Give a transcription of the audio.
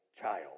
child